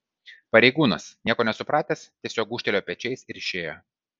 pareigūnas nieko nesupratęs tiesiog gūžtelėjo pečiais ir išėjo